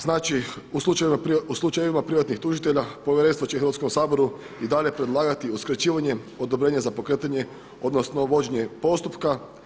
Znači u slučajevima privatnih tužitelja povjerenstvo će Hrvatskom saboru i dalje predlagati uskraćivanje odobrenja za pokretanje odnosno vođenje postupka.